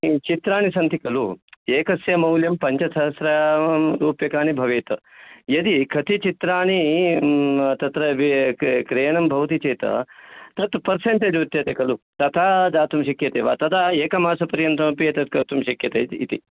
चित्राणि सन्ति खलु एकस्य मौल्यं पञ्चसहस्रं रूप्यकाणि भवेत् यदि कति चित्राणि तत्र क्रयणं भवति चेत् तत्र पर्सेण्टेज् उच्यते खलु तथा दातुं शक्यते वा तदा एकमासपर्यन्तमपि एतत् कर्तुं शक्यते इति